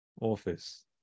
Office